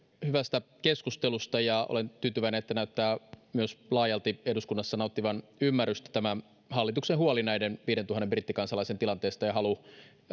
hyvästä keskustelusta olen tyytyväinen että näyttää myös laajalti eduskunnassa nauttivan ymmärrystä tämä hallituksen huoli näiden viidentuhannen brittikansalaisen tilanteesta ja halu